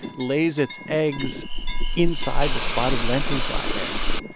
lays its eggs inside the spotted lanternfly eggs.